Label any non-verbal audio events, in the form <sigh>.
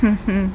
<laughs>